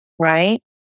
right